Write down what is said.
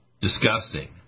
disgusting